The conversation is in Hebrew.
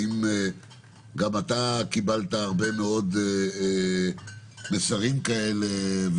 האם גם אתה קיבלת הרבה מאוד מסרים כאלה,